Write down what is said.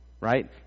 right